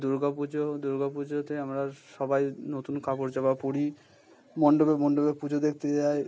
দুর্গা পুজো দুর্গা পুজোতে আমরা সবাই নতুন কাপড় জামা পরি মণ্ডপে মণ্ডপে পুজো দেখতে যাই